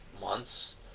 months